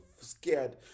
scared